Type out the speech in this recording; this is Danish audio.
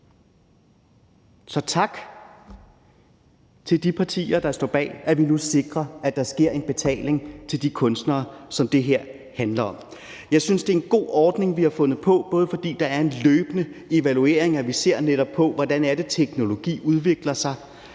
Så tak til de partier, der står bag, at vi nu sikrer, at der sker en betaling til de kunstnere, som det her handler om. Jeg synes, det er en god ordning, vi har fundet på, også fordi der er en løbende evaluering, hvor vi netop ser på, hvordan det er, teknologi udvikler sig,